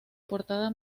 portada